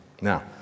Now